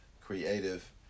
creative